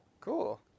cool